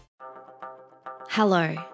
Hello